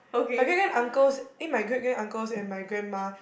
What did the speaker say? my great grand uncles eh my great grand uncles and my grandma